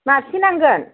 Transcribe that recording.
माबेसे नांगोन